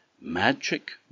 Magic